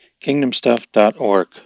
kingdomstuff.org